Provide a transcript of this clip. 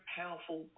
powerful